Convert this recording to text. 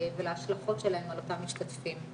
ולהשלכות שלהם על אותם משתתפים.